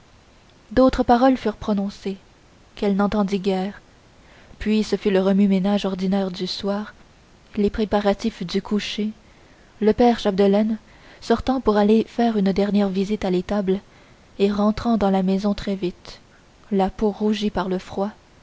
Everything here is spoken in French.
d'autres paroles furent prononcées qu'elle n'entendit guère puis ce fut le remue-ménage ordinaire du soir les préparatifs du coucher le père chapdelaine sortant pour aller faire une dernière visite à l'étable et rentrant dans la maison très vite la peau rougie par le froid